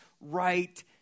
right